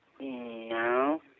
No